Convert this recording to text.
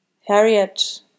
Harriet